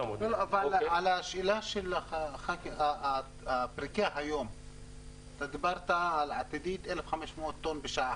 דיברת על פריקה עתידית של 1,500 טון בשעה.